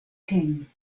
king